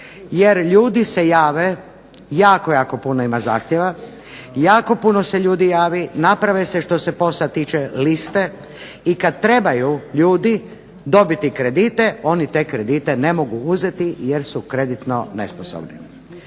jer ljudi se jave, jako jako puno ima zahtjeva, jako puno se ljudi javi, naprave se što se POS-a tiče liste i kad trebaju ljudi dobiti kredite oni te kredite ne mogu uzeti jer su kreditno nesposobni.